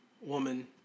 woman